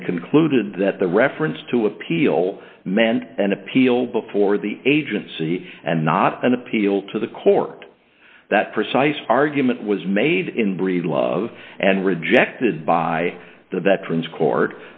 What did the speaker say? and concluded that the reference to appeal meant an appeal before the agency and not an appeal to the court that precise argument was made in breedlove and rejected by the veterans court